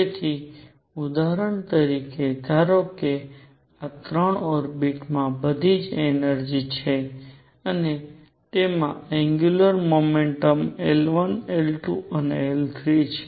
તેથી ઉદાહરણ તરીકે ધારો કે આ 3 ઓર્બિટ્સ માં બધી જ એનર્જિ છે અને તેમાં એંગ્યુંલર મોમેન્ટમ L1 L2 અને L3 છે